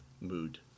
mood